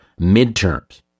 midterms